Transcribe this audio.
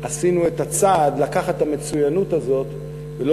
עשינו את הצעד לקחת את המצוינות הזאת ולא